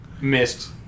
missed